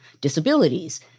disabilities